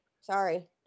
Sorry